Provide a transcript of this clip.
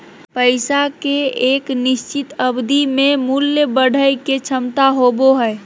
पैसा के एक निश्चित अवधि में मूल्य बढ़य के क्षमता होबो हइ